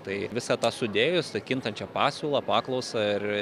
tai visą tą sudėjus tą kintančią pasiūlą paklausą ir